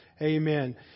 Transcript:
Amen